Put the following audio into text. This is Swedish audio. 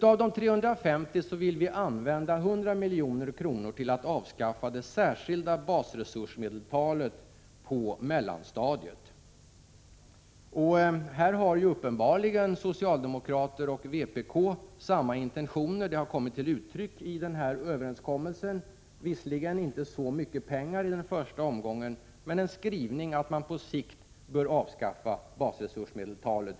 Av de 350 miljonerna vill vi använda 100 miljoner för att avskaffa det särskilda basresursmedeltalet på mellanstadiet. Här har uppenbarligen socialdemokraterna och vpk samma intentioner. Det har kommit till uttryck i överenskommelsen, visserligen inte i fråga om så mycket pengar i första omgången, men skrivningen är att man på sikt bör avskaffa basresursmedeltalet.